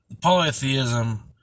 polytheism